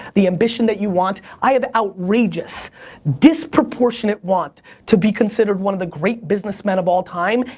the ambition that you want. i have outrageous disproportionate want to be considered one of the great businessmen of all time.